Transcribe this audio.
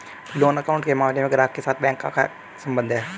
Loan account के मामले में ग्राहक के साथ बैंक का क्या संबंध है?